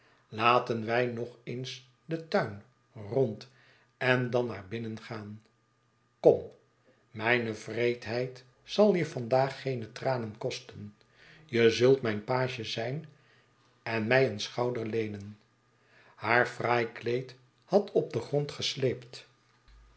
laten wij nog eens den tuin rond en dan naar binnen gaan kom mijne wreedheid zal je vandaag geene tranen kosten je zult mijn page zijn en mij een schouder leenen haar fraai kleed had op den grond gesleept